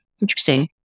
Interesting